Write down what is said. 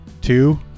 two